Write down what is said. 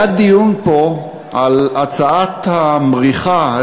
היה פה דיון על הצעת המריחה,